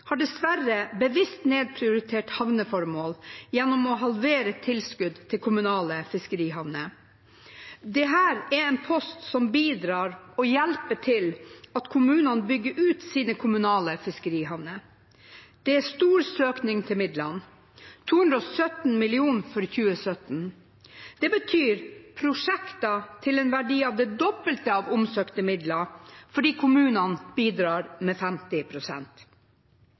har dessverre bevisst nedprioritert havneformål gjennom å halvere tilskudd til kommunale fiskerihavner. Dette er en post som bidrar og hjelper til at kommunene bygger ut sine kommunale fiskerihavner. Det er stor søkning til midlene, 217 mill. kr for 2017. Det betyr prosjekter til en verdi av det dobbelte av omsøkte midler fordi kommunene bidrar med